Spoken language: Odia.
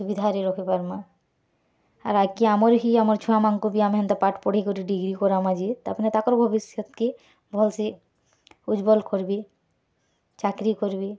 ସୁବିଧାରେ ରଖିପାର୍ମା ହେରା କି ଆମର୍ ହି ଆମର୍ ଛୁଆମାନ୍ଙ୍କୁ ବି ଆମେ ହେନ୍ତା ପାଠ୍ ପଢ଼େଇକରି ଡ଼ିଗ୍ରୀ କରାମା ଯେ ତାପରେ ତାକର୍ ଭବିଷ୍ୟତ୍କେ ଭଲସେ ଊଜ୍ଜ୍ୱଳ କର୍ବେ ଚାକ୍ରି କରବେ